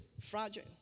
fragile